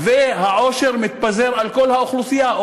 והעושר מתפזר על כל האוכלוסייה.